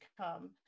come